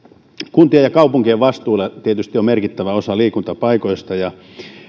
kuntien ja kaupunkien vastuulla tietysti on merkittävä osa liikuntapaikoista